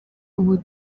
ubu